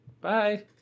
Bye